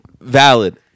Valid